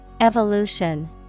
Evolution